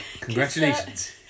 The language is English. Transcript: Congratulations